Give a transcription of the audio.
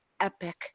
epic